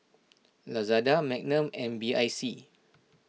Lazada Magnum and B I C